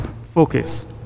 focus